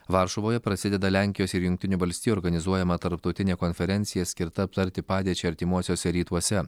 varšuvoje prasideda lenkijos ir jungtinių valstijų organizuojama tarptautinė konferencija skirta aptarti padėčiai artimuosiuose rytuose